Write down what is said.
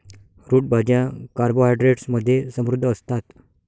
route भाज्या carbohydrates मध्ये समृद्ध असतात